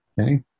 Okay